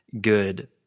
good